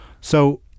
So-